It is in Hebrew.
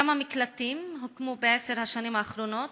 1. כמה מקלטים הוקמו בעשר השנים האחרונות